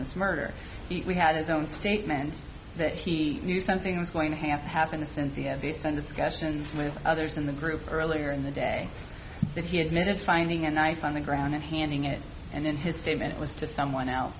this murder we had his own statement that he knew something was going to have happened to cynthia based on discussions with others in the group earlier in the day that he admitted finding a knife on the ground and handing it and then his statement was to someone else